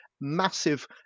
massive